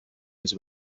his